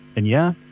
and yeah,